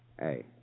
Hey